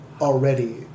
already